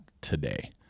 today